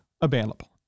available